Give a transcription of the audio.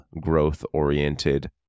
growth-oriented